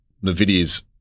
Nvidia's